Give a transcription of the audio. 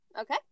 Okay